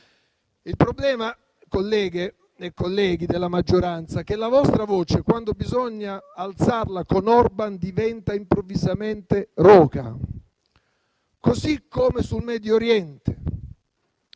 Il problema, colleghe e colleghi della maggioranza, è che la vostra voce, quando bisogna alzarla con Orban, diventa improvvisamente roca, così come sul Medio Oriente.